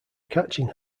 catching